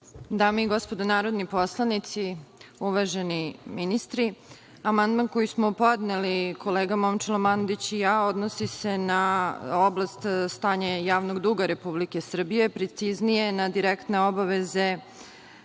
Dame i gospodo narodni poslanici, uvaženi ministri, amandman koji smo podneli kolega Momčilo Mandić i ja odnosi se na oblast stanja javnog duga Republike Srbije, preciznije na direktne obaveze